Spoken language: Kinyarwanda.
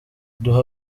duha